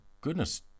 goodness